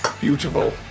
Beautiful